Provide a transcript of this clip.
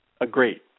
Agreed